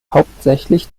hauptsächlich